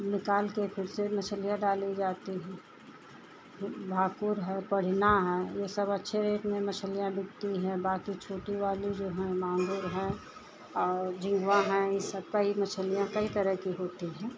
निकालकर फिर से मछलियाँ डाली जाती हैं भाकुर है पढ़ना है यह सब अच्छे रेट में मछलियाँ बिकती हैं बाकी छोटी वाली जो हैं माँगुर है और जीवा हैं यह सबका ही मछलियाँ कई तरह की होती हैं